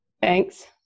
Thanks